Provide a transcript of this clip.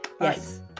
Yes